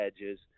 edges